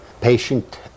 patient